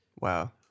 Wow